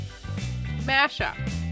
mashup